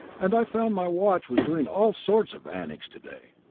and i found my watch was doing all sorts of antics today.